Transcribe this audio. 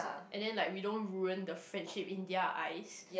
and then like we don't ruin the friendship in their eyes